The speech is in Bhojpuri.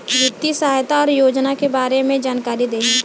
वित्तीय सहायता और योजना के बारे में जानकारी देही?